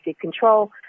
control